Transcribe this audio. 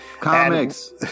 Comics